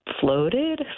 floated